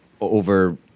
Over